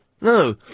No